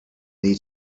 need